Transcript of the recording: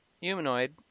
humanoid